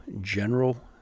general